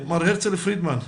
מר הרצל פרידמן,